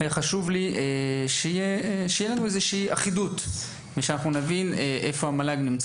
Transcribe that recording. חשוב לי שתהיה לנו אחידות ושנבין איפה המל"ג נמצא